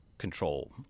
control